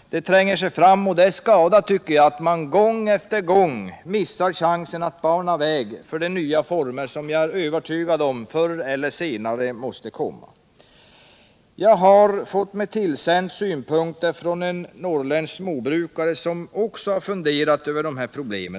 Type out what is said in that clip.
Tanken tränger sig fram, och det är skada att man gång efter gång missar chansen att bana väg för de nya former som förr eller senare måste komma. Jag har fått mig tillsänt synpunkter från en norrländsk småbrukare som också har funderat över dessa problem.